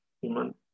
human